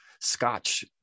Scotch